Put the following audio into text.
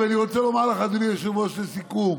אני רוצה לומר לך, אדוני היושב-ראש, לסיכום: